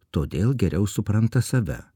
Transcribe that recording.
todėl geriau supranta save